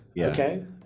Okay